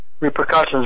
repercussions